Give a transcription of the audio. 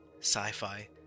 sci-fi